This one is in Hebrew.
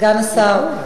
סגן השר,